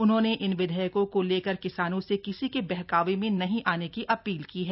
उन्होंने इन विधेयकों को लेकर किसानों से किसी के बहकावे में नहीं आने की अपील की है